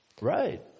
right